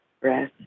breath